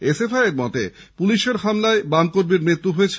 এসএফআইএর মতে পুলিশের হামলায় ঐ বাম কর্মীর মৃত্যু হয়েছে